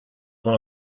one